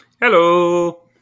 Hello